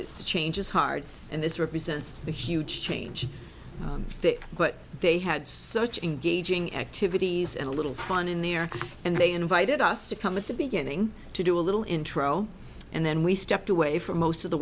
it's a change is hard and this represents a huge change but they had such engaging activities and a little fun in the air and they invited us to come at the beginning to do a little intro and then we stepped away for most of the